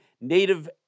Native